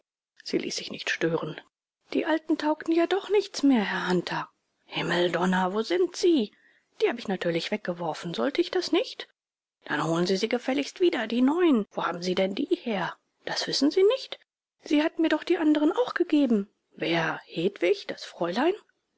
sie ließ sich nicht stören die alten taugten ja doch nichts mehr herr hunter himmeldonner wo sind sie die hab ich natürlich weggeworfen sollte ich das nicht dann holen sie sie gefälligst wieder die neuen wo haben sie denn die her das wissen sie nicht sie hat mir doch die anderen auch gegeben wer hedwig das fräulein